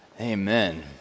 Amen